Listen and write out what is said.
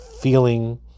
feeling